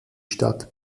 stadt